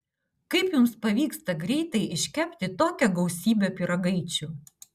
kaip jums pavyksta greitai iškepti tokią gausybę pyragaičių